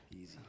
Easy